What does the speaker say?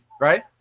right